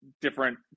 different